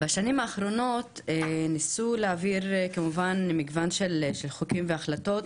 בשנים האחרונות ניסו להעביר כמובן מגוון של חוקים והחלטות,